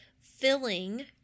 filling